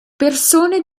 persone